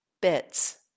bits